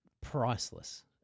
Priceless